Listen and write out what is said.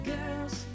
Girls